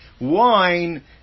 wine